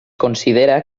considera